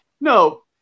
No